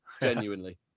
genuinely